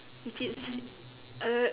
which is uh